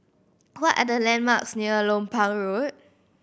what are the landmarks near Lompang Road